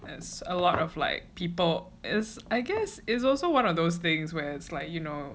there's a lot of like people is I guess is also one of those things whereas like you know